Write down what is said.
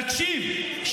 תקשיב,